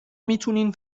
میتونین